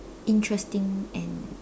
interesting and